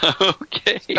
okay